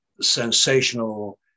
sensational